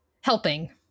helping